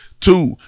Two